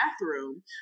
bathroom